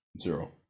zero